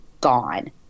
gone